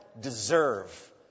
deserve